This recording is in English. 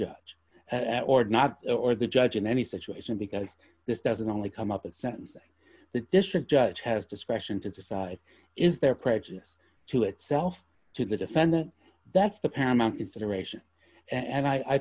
judge or not or the judge in any situation because this doesn't only come up at sentencing the district judge has discretion to decide is there prejudice to itself to the defendant that's the paramount consideration and i